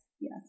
yes